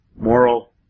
moral